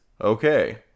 Okay